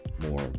more